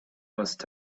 must